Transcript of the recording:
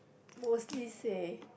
mostly say